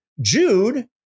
Jude